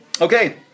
Okay